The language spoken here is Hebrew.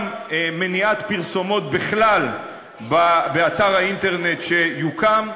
גם מניעת פרסומות בכלל באתר האינטרנט שיוקם,